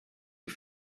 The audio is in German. die